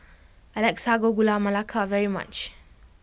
I like Sago Gula Melaka very much